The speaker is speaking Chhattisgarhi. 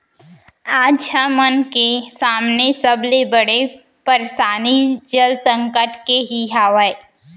आज हमन के सामने सबले बड़े परसानी जल संकट के ही हावय